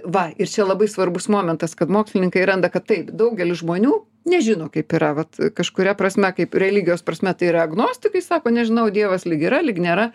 va ir čia labai svarbus momentas kad mokslininkai randa kad taip daugelis žmonių nežino kaip yra vat kažkuria prasme kaip religijos prasme tai yra agnostikai sako nežinau dievas lyg yra lyg nėra